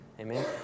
Amen